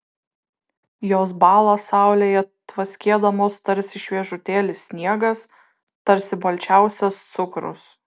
jos bąla saulėje tvaskėdamos tarsi šviežutėlis sniegas tarsi balčiausias cukrus